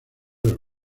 los